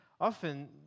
often